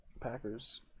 Packers